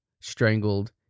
strangled